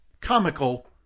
comical